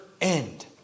end